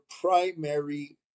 primary